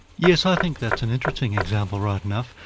yes, i think that's an interesting example, right enough.